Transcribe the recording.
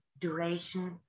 duration